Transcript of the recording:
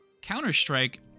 Counter-Strike